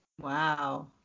Wow